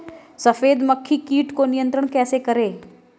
सफेद मक्खी कीट को नियंत्रण कैसे करें?